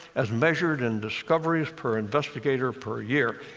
as measured in discoveries per investigator per year.